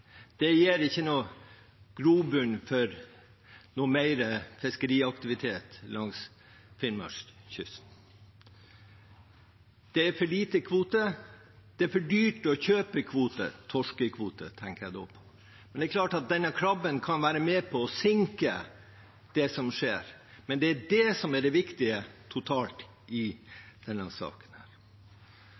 Det gir ikke grobunn for noe mer fiskeriaktivitet langs Finnmarkskysten. Det er for lite kvoter, og det er for dyrt å kjøpe kvoter – jeg tenker da på torskekvoter. Det er klart at denne krabben kan være med på å forsinke det som skjer, men det er det som er det viktige totalt sett i denne saken.